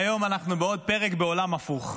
היום אנחנו בעוד פרק בעולם הפוך.